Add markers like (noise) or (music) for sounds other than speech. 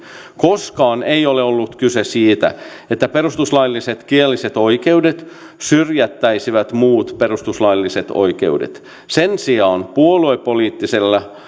koskaan ei ole ollut kyse siitä että perustuslailliset kielelliset oikeudet syrjäyttäisivät muut perustuslailliset oikeudet sen sijaan puoluepoliittisella (unintelligible)